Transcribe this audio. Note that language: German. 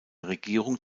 regierung